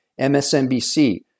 MSNBC